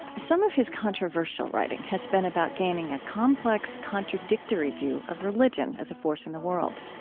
some of his controversial writing has been about gaining a complex, contradictory view of religion as a force in the world.